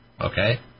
Okay